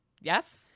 Yes